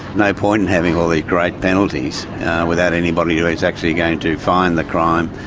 no point in having all these great penalties without anybody who is actually going to find the crime,